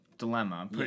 dilemma